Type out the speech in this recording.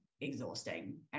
exhausting